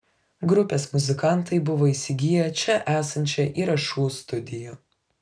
grupės muzikantai buvo įsigiję čia esančią įrašų studiją